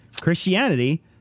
christianity